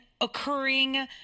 occurring